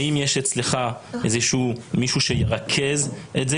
האם יש אצלך מישהו שירכז את זה?